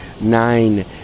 nine